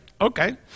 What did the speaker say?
Okay